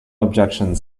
objections